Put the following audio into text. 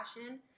passion